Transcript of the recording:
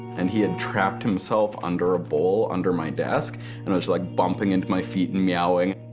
and he had trapped himself under a bowl under my desk and was like bumping into my feet and meowing.